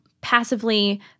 passively